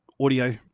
audio